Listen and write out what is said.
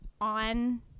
on